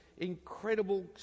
incredible